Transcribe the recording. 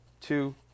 Two